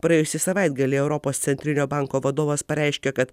praėjusį savaitgalį europos centrinio banko vadovas pareiškė kad